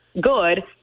good